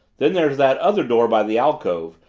then there's that other door by the alcove,